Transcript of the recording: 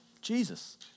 Jesus